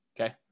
Okay